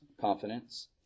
confidence